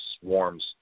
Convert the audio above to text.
swarms